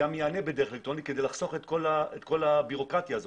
גם ייענה בדרך אלקטרונית כדי לחסוך את כל הבירוקרטיה הזאת.